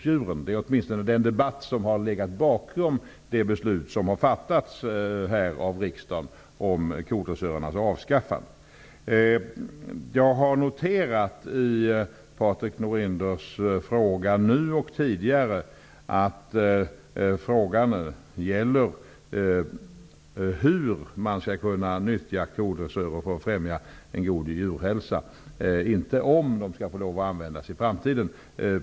Det är utgångspunkten i den debatt som har legat bakom det beslut som har fattats av riksdagen om avskaffande av kodressörerna. Jag har noterat att Patrik Norinders fråga, nu såväl som tidigare, gäller hur man skall nyttja kodressörer för att främja god djurhälsa. Frågan gäller således inte huruvida de skall få användas i framtiden eller inte.